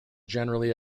generally